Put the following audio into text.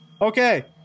Okay